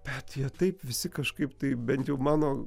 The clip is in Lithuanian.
bet ją taip visi kažkaip tai bent jau mano